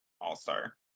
all-star